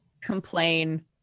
complain